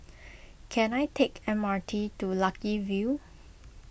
can I take the M R T to Lucky View